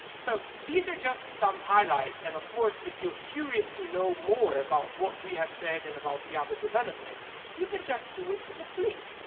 so these are just some highlights and of course if you're curious to know more about what we have said and about the other developments you can just do it with a click.